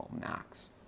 Max